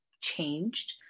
changed